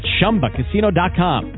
ShumbaCasino.com